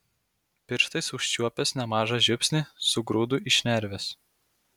pirštais užčiuopęs nemažą žiupsnį sugrūdu į šnerves